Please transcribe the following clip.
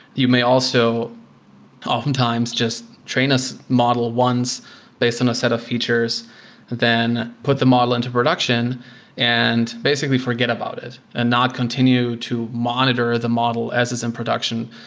you may also oftentimes just train this model ones based on a set of features then put the model into production and basically forget about it and not continue to monitor the model as it's in production,